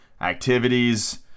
activities